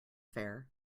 fair